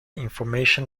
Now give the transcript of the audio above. information